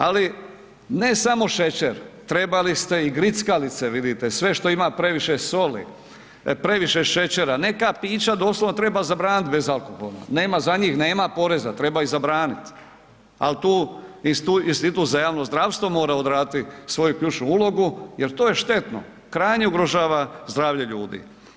Ali ne samo šećer, trebali ste i grickalice, vidite, sve što ima previše soli, previše šećera, neka pića doslovno treba zabranit bezalkoholna, za njih nema poreza, treba ih zabranit ali tu Institut za javno zdravstvo mora odraditi svoju ključnu ulogu jer to je štetno, krajnje ugrožava zdravlje ljudi.